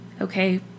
okay